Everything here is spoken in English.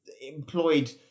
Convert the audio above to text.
employed